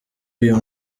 uyu